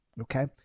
Okay